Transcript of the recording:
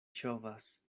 ŝovas